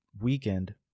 weekend